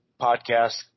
podcast